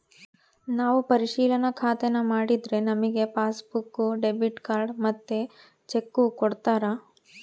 ನಾವು ಪರಿಶಿಲನಾ ಖಾತೇನಾ ಮಾಡಿದ್ರೆ ನಮಿಗೆ ಪಾಸ್ಬುಕ್ಕು, ಡೆಬಿಟ್ ಕಾರ್ಡ್ ಮತ್ತೆ ಚೆಕ್ಕು ಕೊಡ್ತಾರ